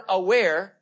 aware